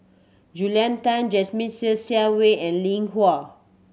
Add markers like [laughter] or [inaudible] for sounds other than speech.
Julia Tan Jasmine Ser Xiang Wei and Lin [unintelligible]